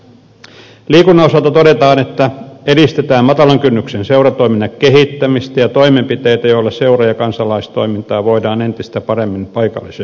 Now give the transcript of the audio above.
liikunnan osalta todetaan että edistetään matalan kynnyksen seuratoiminnan kehittämistä ja toimenpiteitä joilla seura ja kansalaistoimintaa voidaan entistä paremmin paikallisesti tukea